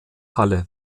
halle